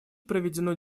проведено